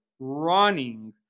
running